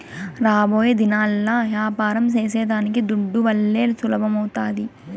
రాబోయేదినాల్ల యాపారం సేసేదానికి దుడ్డువల్లే సులభమౌతాది